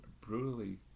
brutally